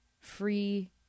Free